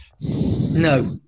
No